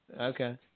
Okay